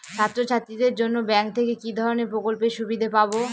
ছাত্রছাত্রীদের জন্য ব্যাঙ্ক থেকে কি ধরণের প্রকল্পের সুবিধে পাবো?